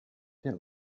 der